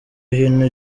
hino